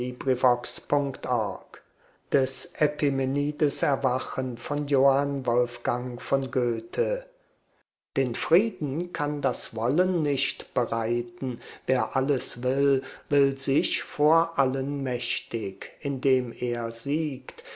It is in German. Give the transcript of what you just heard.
epimenides erwachenein festspiel den frieden kann das wollen nicht bereiten wer alles will will sich vor allen mächtig indem er siegt